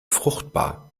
fruchtbar